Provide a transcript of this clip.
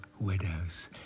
widows